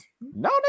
no